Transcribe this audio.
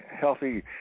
healthy